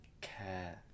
care